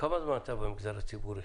כמה זמן אתה במגזר הציבורי?